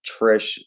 Trish